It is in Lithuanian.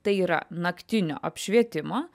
tai yra naktinio apšvietimo